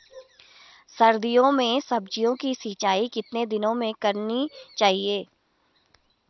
सर्दियों में सब्जियों की सिंचाई कितने दिनों में करनी चाहिए?